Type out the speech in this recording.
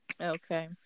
Okay